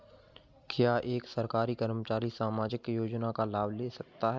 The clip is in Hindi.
क्या एक सरकारी कर्मचारी सामाजिक योजना का लाभ ले सकता है?